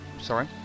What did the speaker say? Sorry